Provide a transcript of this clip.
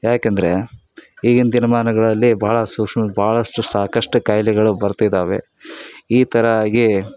ಏಕೆಂದ್ರೆ ಈಗಿನ ದಿನಮಾನಗಳಲ್ಲಿ ಭಾಳ ಸೂಕ್ಷ್ಮ ಭಾಳಷ್ಟು ಸಾಕಷ್ಟು ಖಾಯಿಲೆಗಳು ಬರ್ತಿದ್ದಾವೆ ಈ ತರ ಆಗಿ